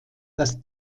dass